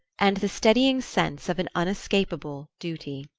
and the steadying sense of an unescapable duty.